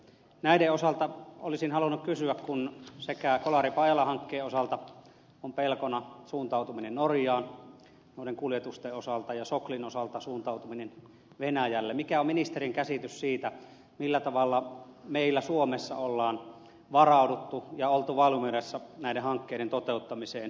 näiden osalta olisin halunnut kysyä kun kolaripajala hankkeen osalta on pelkona suuntautuminen norjaan noiden kuljetusten osalta ja soklin osalta suuntautuminen venäjälle mikä on ministerin käsitys siitä millä tavalla meillä suomessa on varauduttu ja oltu valmiudessa näiden hankkeiden toteuttamiseen